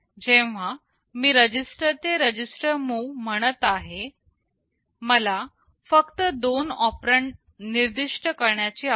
जेव्हा मी रजिस्टर ते रजिस्टर मूव्ह म्हणत आहे मला फक्त दोन ऑपरेंड निर्दिष्ट करण्याची आवश्यकता आहे